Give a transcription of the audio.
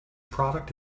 product